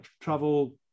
travel